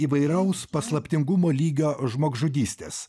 įvairaus paslaptingumo lygio žmogžudystės